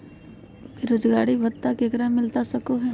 बेरोजगारी भत्ता ककरा मिलता सको है?